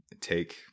take